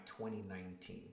2019